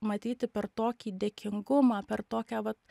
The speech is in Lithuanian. matyti per tokį dėkingumą per tokią vat